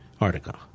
article